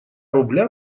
рубля